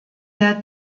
der